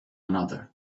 another